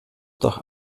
doch